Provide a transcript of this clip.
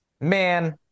man